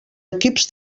equips